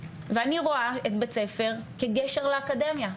ואני רואה את בית הספר כגשר לאקדמיה,